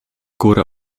góry